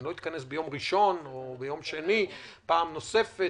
אני לא אכנס את הוועדה ביום ראשון או ביום שני פעם נוספת,